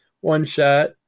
one-shot